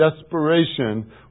desperation